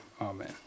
amen